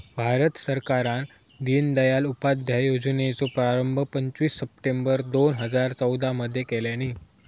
भारत सरकारान दिनदयाल उपाध्याय योजनेचो प्रारंभ पंचवीस सप्टेंबर दोन हजार चौदा मध्ये केल्यानी